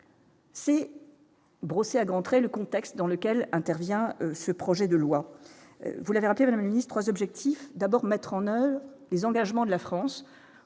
C'est brosser à grands traits le contexte dans lequel intervient ce projet de loi, vous l'avez rappelé la ministre, 3 objectifs : d'abord mettre en oeuvre les engagements de la France,